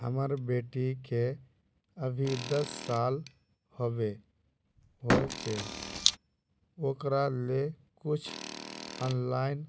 हमर बेटी के अभी दस साल होबे होचे ओकरा ले कुछ ऑनलाइन